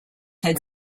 had